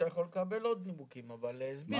אתה יכול לקבל עוד נימוקים, אבל הסבירו.